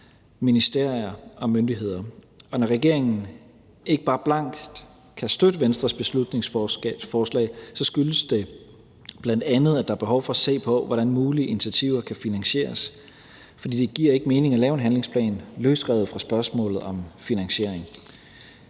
ministerier og myndigheder. Og når regeringen ikke bare blankt kan støtte Venstres beslutningsforslag, skyldes det bl.a., at der er behov for se på, hvordan mulige initiativer kan finansieres, for det giver ikke mening at lave en handlingsplan løsrevet fra spørgsmålet om finansiering.